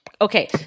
Okay